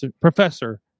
Professor